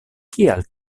kial